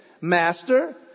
master